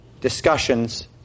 discussions